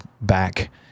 back